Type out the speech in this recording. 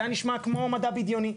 זה היה נשמע כמו מדע בדיוני.